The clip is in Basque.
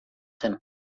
zen